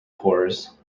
pores